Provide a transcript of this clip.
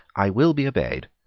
i will be obeyed.